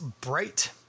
bright